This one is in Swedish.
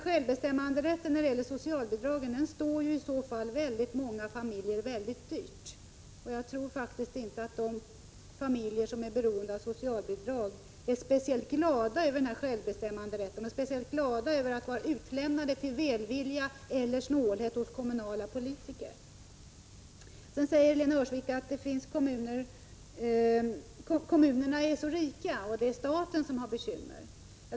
Självbestämmanderätten när det gäller socialbidragen står i så fall många familjer väldigt dyrt, och jag tror inte att de familjer som är beroende av socialbidrag är speciellt glada över självbestämmanderätten eller över att vara utlämnade till välvilja eller snålhet hos kommunala politiker. Kommunerna är så rika, säger Lena Öhrsvik, och det är staten som har bekymmer.